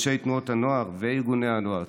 אנשי תנועות הנוער וארגוני הנוער,